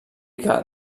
que